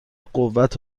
قوت